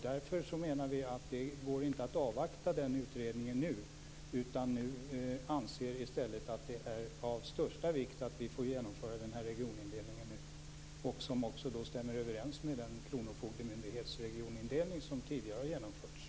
Därför menar vi att det inte går att avvakta utredningen, utan vi anser att det i stället är av största vikt att vi får genomföra den här regionindelningen nu, som också stämmer överens med den regionindelning för kronofogdemyndigheten som tidigare har genomförts.